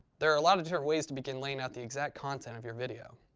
there are a lot of different ways to begin laying out the exact content of your video.